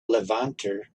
levanter